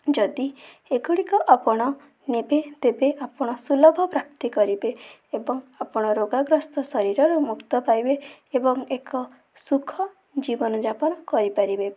ଯଦି ଏଗୁଡ଼ିକ ଆପଣ ନେବେ ତେବେ ଆପଣ ସୁଲଭ ପ୍ରାପ୍ତି କରିବେ ଏବଂ ଆପଣ ରୋଗାଗ୍ରସ୍ତ ଶରୀରରୁ ମୁକ୍ତ ପାଇବେ ଏବଂ ଏକ ସୁଖ ଜୀବନଯାପନ କରିପାରିବେ